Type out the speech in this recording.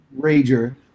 rager